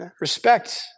Respect